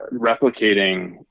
replicating